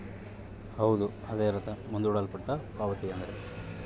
ಮುಂದೂಡಲ್ಪಟ್ಟ ಪಾವತಿಯೆಂದ್ರ ರೊಕ್ಕವನ್ನ ಬ್ಯಾಂಕ್ ಅಥವಾ ಬೇರೆ ಮೂಲಗಳಿಂದ ಸಾಲದ ರೀತಿ ತಗೊಂಡು ನಂತರ ತೀರಿಸೊದು